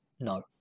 no